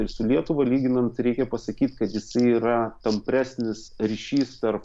ir su lietuva lyginant reikia pasakyt kad jisai yra tampresnis ryšys tarp